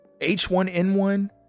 H1N1